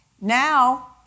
Now